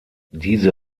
diese